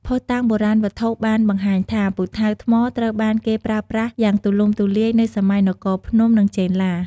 ភស្តុតាងបុរាណវត្ថុបានបង្ហាញថា ពូថៅថ្មត្រូវបានគេប្រើប្រាស់យ៉ាងទូលំទូលាយនៅសម័យនគរភ្នំ និងចេនឡា។